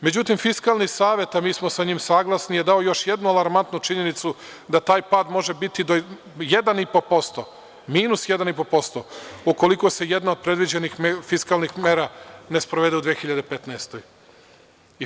Međutim, Fiskalni savet, a mi smo sa njime saglasni, dao je još jednu alarmantnu činjenicu, da taj pad može biti 1,5%, minus 1,5%, ukoliko se jedna od predviđenih fiskalnih mera ne sprovede u 2015. godini.